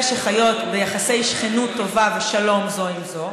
שחיות ביחסי שכנות טובה ושלום זו עם זו.